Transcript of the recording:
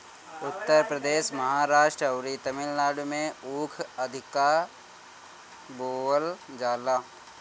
उत्तर प्रदेश, महाराष्ट्र अउरी तमिलनाडु में ऊख अधिका बोअल जाला